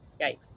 Yikes